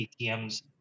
ATMs